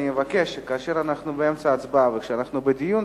אני מבקש שכאשר אנחנו באמצע הצבעה וכשאנחנו בדיון,